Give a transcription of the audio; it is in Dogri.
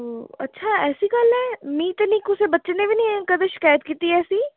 ओह् अच्छा ऐसी गल्ल ऐ मिगी ते निं कुसै बच्चे नै बी निं कदें शिकायत कीती ऐसी